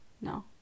No